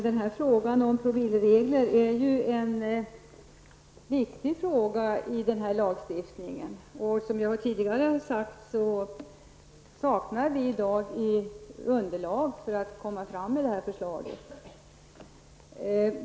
Herr talman! Frågan om promilleregler är ju en viktig fråga i denna lagstiftning. Men som jag tidigare har sagt saknar vi i dag underlag för ett förslag i detta avseende.